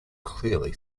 clearly